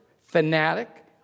Fanatic